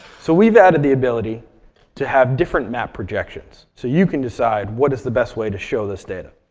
so we've added the ability to have different map projections. so you can decide what is the best way to show this data.